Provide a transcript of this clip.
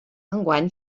enguany